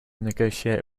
negotiate